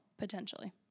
Potentially